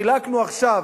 חילקנו עכשיו,